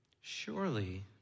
Surely